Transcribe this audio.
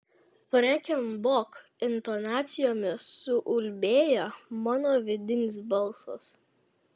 freken bok intonacijomis suulbėjo mano vidinis balsas